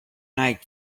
night